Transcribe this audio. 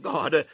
God